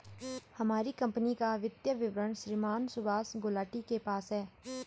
हमारी कम्पनी का वित्तीय विवरण श्रीमान सुभाष गुलाटी के पास है